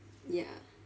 ya